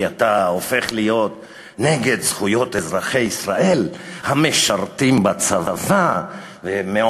כי אתה הופך להיות נגד זכויות אזרחי ישראל המשרתים בצבא ואתה הופך להיות